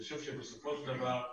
אני חושב שבסופו של דבר,